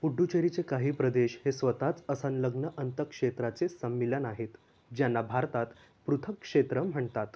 पुड्डूचेरीचे काही प्रदेश हे स्वतःच असंलग्न अंत क्षेत्राचे सम्मीलन आहेत ज्यांना भारतात पृथक क्षेत्र म्हणतात